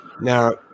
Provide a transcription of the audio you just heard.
Now